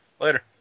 Later